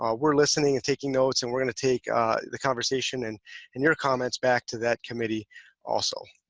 ah we're listening and taking notes, and we're going to take the conversation and and your comments back to that committee also.